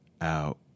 out